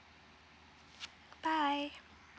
bye